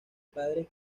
padres